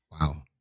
Wow